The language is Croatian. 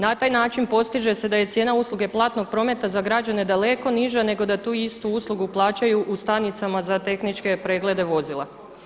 Na taj način postiže se da je cijena usluge platnog prometa za građane daleko niža nego da tu istu uslugu plaćaju u stanicama za tehničke preglede vozila.